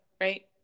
right